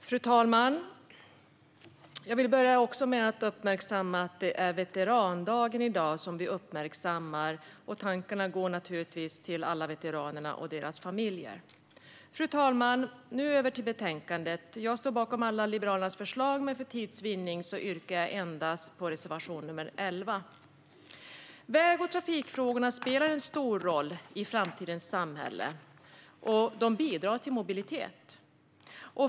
Fru talman! Jag vill börja med att uppmärksamma att det är veterandagen i dag. Tankarna går naturligtvis till veteranerna och deras familjer. Fru talman! Nu går jag över till betänkandet. Jag står bakom alla Liberalernas förslag, men för tids vinnande yrkar jag bifall endast till reservation nr 11. Väg och trafikfrågorna spelar en stor roll i framtidens samhälle, och de bidrar till mobilitet.